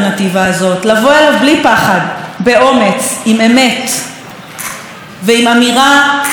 עם אמת ועם אמירה ברורה וכמעט מובנת מאליה,